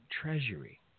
treasury